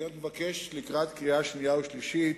אני רק מבקש לקראת הקריאה השנייה והשלישית